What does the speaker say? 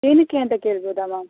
ಏನಕ್ಕೇಂತ ಕೇಳ್ಬೋದ ಮ್ಯಾಮ್